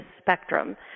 spectrum